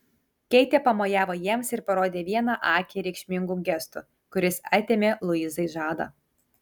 keitė pamojavo jiems ir parodė vieną akį reikšmingu gestu kuris atėmė luizai žadą